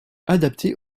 adaptées